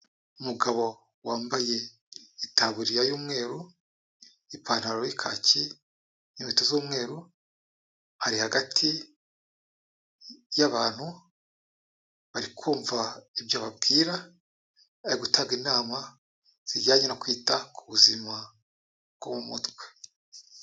Umugabo wambaye itaburiya y'umweru, ipantaro y'ikaki, inkweto z'umweru, ari hagati y'abantu bari kumva ibyo ababwira, ari gutanga inama zijyanye no kwita ku buzima bwo mu mutwe.